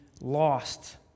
lost